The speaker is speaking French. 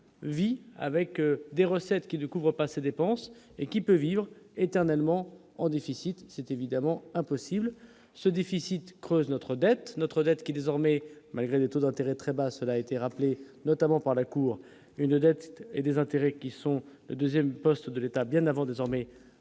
vit avec des recettes qui du coup voient pas ses dépenses et qui peut vivre éternellement en déficit c'était évidemment impossible ce déficit creuser notre dette notre dette qui, désormais, malgré des taux d'intérêt très bas, cela a été rappelé notamment par la cour une dette et des intérêts qui sont le 2ème poste de l'État bien avant, désormais,